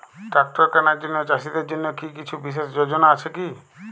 Tractor কেনার জন্য চাষীদের জন্য কী কিছু বিশেষ যোজনা আছে কি?